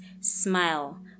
smile